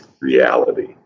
reality